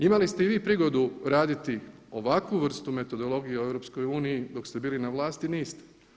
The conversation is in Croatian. Imali ste i vi prigodu raditi ovakvu vrstu metodologije u EU dok ste bili na vlasti, niste.